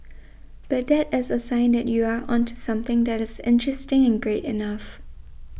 but that is a sign that you are onto something that is interesting and great enough